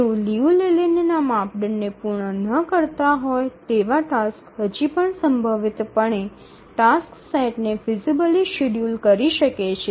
જો Liu Layland ના માપદંડને પૂર્ણ ન કરતા હોય તેવા ટાસક્સ હજી પણ સંભવિતપણે ટાસક્સ સેટ ને ફિઝિબલી શેડ્યૂલ કરી શકે છે